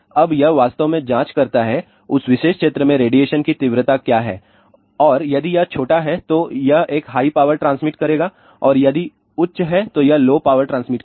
अब यह वास्तव में जाँच करता है उस विशेष क्षेत्र में रेडिएशन की तीव्रता क्या है और यदि यह छोटा है तो यह एक हाई पावर ट्रांसमिट करेगा और यदि यह उच्च है तो यह लो पावर ट्रांसमिट करेगा